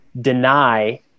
deny